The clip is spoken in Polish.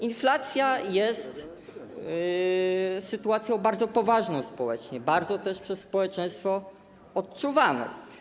Inflacja jest sytuacją bardzo poważną społecznie, bardzo też przez społeczeństwo odczuwaną.